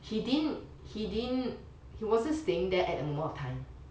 he didn't he didn't he wasn't staying there at the moment of time